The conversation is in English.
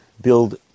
build